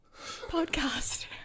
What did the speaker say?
podcast